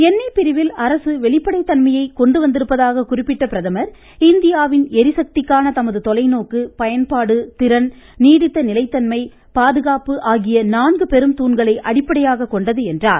எண்ணெய் பிரிவில் அரசு வெளிப்படைத்தன்மையை கொண்டுவந்திருப்பதாக குறிப்பிட்ட பிரதமர் இந்தியாவின் ளிசக்திக்கான தமது தொலைநோக்கு பயன்பாடு திறன் நீடித்த நிலைத்தன்மை பாதுகாப்பு ஆகிய நான்கு பெரும் தூண்களை அடிப்படையாகக் கொண்டது என்றார்